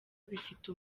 bifite